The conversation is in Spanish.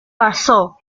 pasó